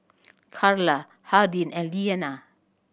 Charla Hardin and Leanna